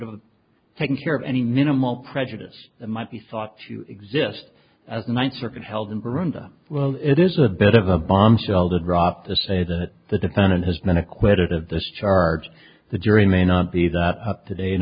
have taken care of any minimal prejudice that might be thought to exist as a ninth circuit held in parinda well it is a bit of a bombshell to drop the say that the defendant has been acquitted of this charge the jury may not be that up to date